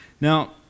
Now